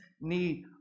need